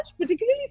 particularly